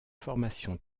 formation